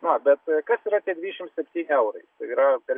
na bet kas yra tie dvidešim septyni eurai tai yra per